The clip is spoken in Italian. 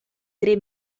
tre